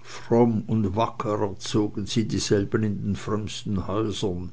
fromm und wacker erzogen sie dieselben in den frömmsten häusern